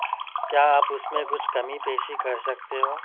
کیا آپ اس میں کچھ کمی بیشی کر سکتے ہو